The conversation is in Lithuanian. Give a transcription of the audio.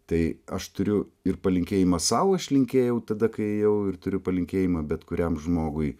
tai aš turiu ir palinkėjimą sau aš linkėjau tada kai ėjau ir turiu palinkėjimą bet kuriam žmogui